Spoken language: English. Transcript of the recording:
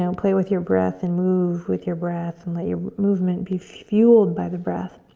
um play with your breath and move with your breath and let your movement be fueled by the breath